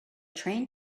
train